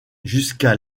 jusqu’à